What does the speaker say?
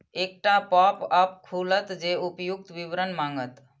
एकटा पॉपअप खुलत जे उपर्युक्त विवरण मांगत